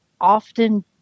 often